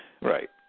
right